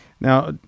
Now